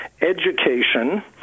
education